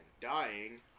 Dying